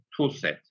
toolset